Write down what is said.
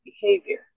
behavior